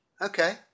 Okay